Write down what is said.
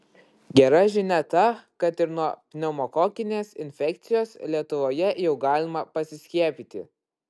gera žinia ta kad ir nuo pneumokokinės infekcijos lietuvoje jau galima pasiskiepyti